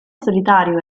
solitario